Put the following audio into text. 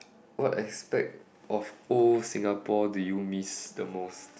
what aspect of old Singapore do you miss the most